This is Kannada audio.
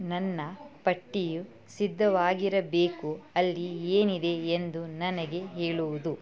ನನ್ನ ಪಟ್ಟಿಯು ಸಿದ್ಧವಾಗಿರಬೇಕು ಅಲ್ಲಿ ಏನಿದೆ ಎಂದು ನನಗೆ ಹೇಳುವುದು